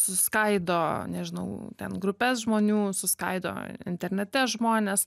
suskaido nežinau ten grupes žmonių suskaido internete žmones